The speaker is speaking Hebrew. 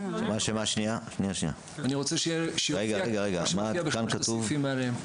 אני רוצה שזה יופיע מנוסח כפי שמנוסחים שלושת הסעיפים מעליהם.